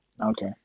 Okay